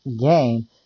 game